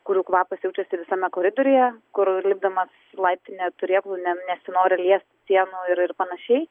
kurių kvapas jaučiasi visame koridoriuje kur lipdamas laiptinė turėklų ne nesinori liesti sienų ir panašiai